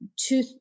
two